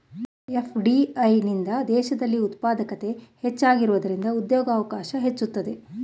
FDI ನಿಂದ ದೇಶದಲ್ಲಿ ಉತ್ಪಾದಕತೆ ಹೆಚ್ಚಾಗುವುದರಿಂದ ಉದ್ಯೋಗವಕಾಶ ಹೆಚ್ಚುತ್ತದೆ